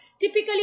typically